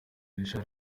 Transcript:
richard